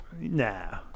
Nah